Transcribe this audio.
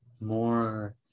more